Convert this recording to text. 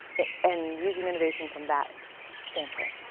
and using innovation from that standpoint.